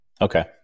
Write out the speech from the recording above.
okay